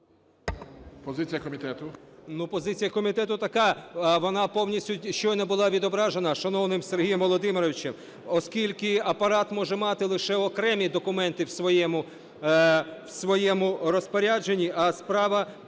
Позиція комітету така. Вона повністю щойно була відображена шановним Сергієм Володимировичем. Оскільки Апарат може мати лише окремі документи в своєму розпорядженні, а справа